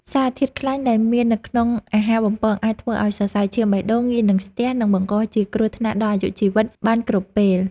សារធាតុខ្លាញ់ដែលមាននៅក្នុងអាហារបំពងអាចធ្វើឲ្យសរសៃឈាមបេះដូងងាយនឹងស្ទះ និងបង្កជាគ្រោះថ្នាក់ដល់អាយុជីវិតបានគ្រប់ពេល។